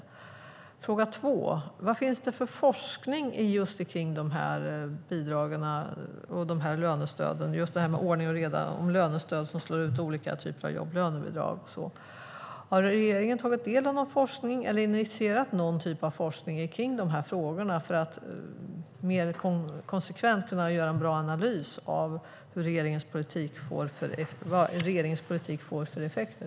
Min andra fråga är: Vad finns det för forskning när det gäller sådana här lönestöd som slår ut olika typer av jobb? Har regeringen tagit del av någon forskning eller initierat någon forskning rörande de här frågorna för att mer konsekvent kunna göra en analys av vad regeringens politik får för effekter?